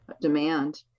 demand